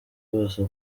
bose